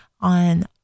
on